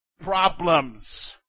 Problems